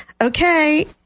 okay